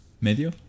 medio